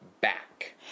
back